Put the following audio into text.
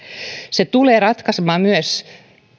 se tulee ratkaisemaan myös